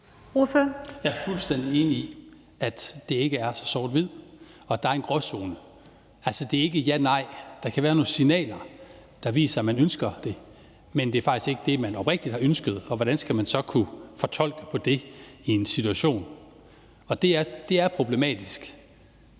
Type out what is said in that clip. Jeg er fuldstændig enig i, at det ikke er så sort-hvidt, og at der er en gråzone. Altså, det er ikke ja-nej; der kan være nogle signaler, der viser, at man ønsker det, men det er faktisk ikke det, man oprigtigt har ønsket, og hvordan skal den anden så kunne fortolke på det i en situation? Det er problematisk.